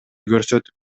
көрсөтүп